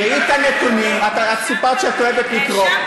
את הרי סיפרת שאת אוהבת לקרוא.